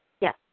Yes